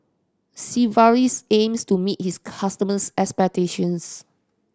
sigvaris aims to meet its customers' expectations